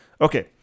Okay